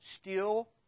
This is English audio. steel